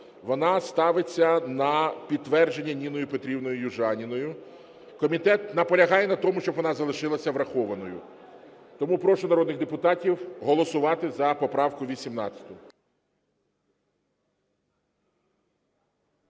вона ставиться на підтвердження Ніною Петрівною Южаніною. Комітет наполягає на тому, щоб вона залишилася врахованою. Тому прошу народних депутатів голосувати за поправку 18-у.